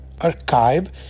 archive